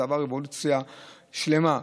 זה עבר אבולוציה שלמה.